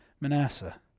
Manasseh